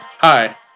Hi